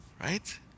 Right